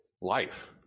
life